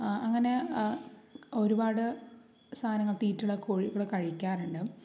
അങ്ങനെ ഒരുപാട് സാധനങ്ങൾ തീറ്റയുള്ള കോഴികൾ കഴിക്കാറുണ്ട്